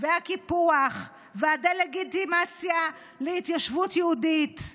הקיפוח והדה-לגיטימציה להתיישבות יהודית,